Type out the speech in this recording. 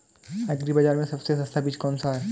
Agree बाज़ार में सबसे सस्ता बीज कौनसा है?